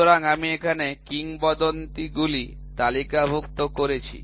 সুতরাং আমি এখানে কিংবদন্তি গুলি তালিকাভুক্ত করেছি